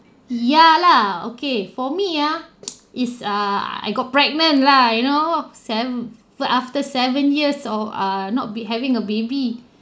ya lah okay for me ah is err I I got pregnant lah you know seven after seven years of err not be having a baby